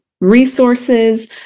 resources